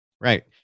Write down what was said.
Right